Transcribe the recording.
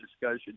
discussion